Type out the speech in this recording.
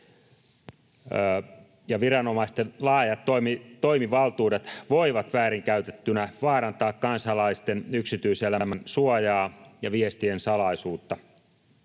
ja viranomaisten laajat toimivaltuudet voivat väärinkäytettynä vaarantaa kansalaisten yksityiselämän suojaa ja viestien salaisuutta.